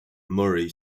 murray